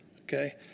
Okay